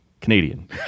Canadian